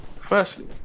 firstly